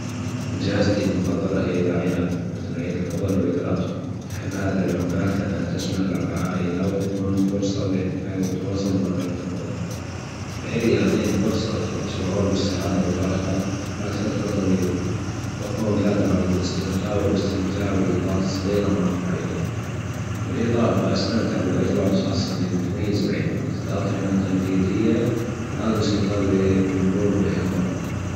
أجازتى المفضلة هى الاعياد مثل عيد الفطر وعيد الاضحى أحب هذه الاوجات لأنها تشمل العائله وتكون فرصه للاحتفال والتواصل مع الاحبه العيد يعطينى فرصة الشعور بالسعادة والراحة بعد فتره طويله وأكون جادر على الاسترخاء والاستمتاع بالحظات الصغيرة مع العائلة بالاضافه أستمتع بالاجواء الخاصة اللي بتميز العيد مثل أطعمه التجليديه والانشطه اللى بنجوم بها معهم